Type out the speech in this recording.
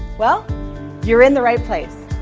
well you're in the right place.